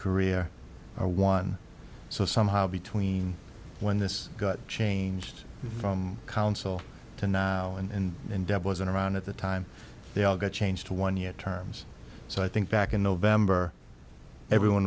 career or one so somehow between when this got changed from council to now and then deb wasn't around at the time they all got changed to one year terms so i think back in november everyone